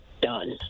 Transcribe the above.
done